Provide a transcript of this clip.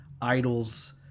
idols